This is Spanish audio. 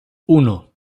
uno